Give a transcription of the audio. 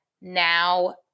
now